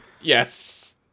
Yes